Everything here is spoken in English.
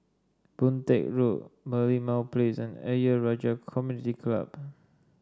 Boon Teck Road Merlimau Place and Ayer Rajah Community Club